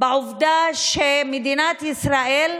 בעובדה שמדינת ישראל,